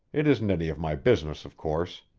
it isn't any of my business, of course!